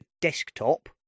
desktop